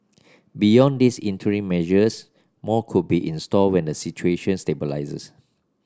beyond these interim measures more could be in store when the situation stabilises